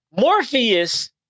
Morpheus